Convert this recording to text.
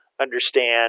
understand